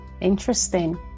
interesting